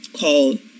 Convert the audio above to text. called